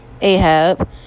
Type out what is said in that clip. Ahab